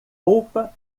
roupa